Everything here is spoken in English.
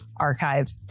archived